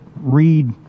read